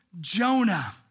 Jonah